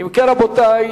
אם כן, רבותי,